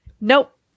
Nope